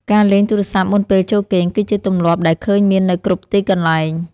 ការលេងទូរស័ព្ទមុនពេលចូលគេង គឺជាទម្លាប់ដែលឃើញមាននៅគ្រប់ទីកន្លែង។